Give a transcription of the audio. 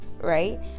right